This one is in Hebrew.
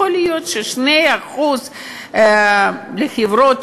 יכול להיות ש-2% לחברות,